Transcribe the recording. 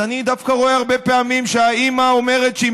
אז אני דווקא רואה הרבה פעמים שהאימא אומרת שהיא